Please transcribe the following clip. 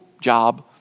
job